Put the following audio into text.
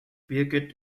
birgit